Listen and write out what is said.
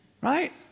right